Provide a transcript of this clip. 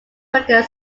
breaking